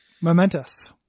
momentous